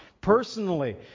personally